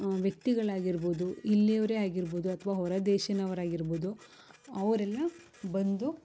ವ್ಯಕ್ತಿಗಳು ಆಗಿರ್ಬೋದು ಇಲ್ಲಿಯವರೆ ಆಗಿರ್ಬೋದು ಅಥ್ವ ಹೊರದೇಶಿನವ್ರ ಆಗಿರ್ಬೋದು ಅವರೆಲ್ಲ ಬಂದು